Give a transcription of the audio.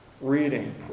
reading